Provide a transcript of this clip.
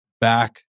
back